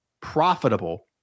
profitable